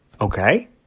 Okay